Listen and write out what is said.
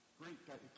great